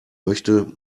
möchte